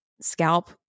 scalp